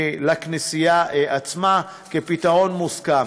לכנסייה עצמה, כפתרון מוסכם.